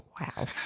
Wow